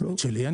ודאי,